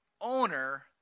owner